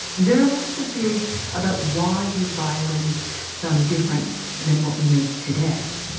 there are lots of theories about why his violins sound different than what we make today.